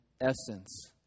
essence